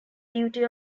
duty